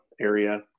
area